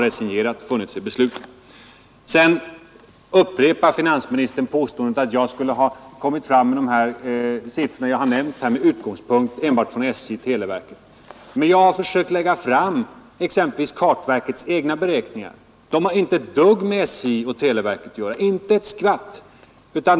Sedan upprepar finansministern påståendet att de siffror som jag har nämnt här skulle bygga enbart på uppgifter från SJ och televerket. Jag har emellertid lagt fram exempelvis kartverkets egna beräkningar, och de har inte ett dugg med SJ:s och televerkets siffror att göra.